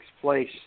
place